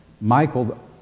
Michael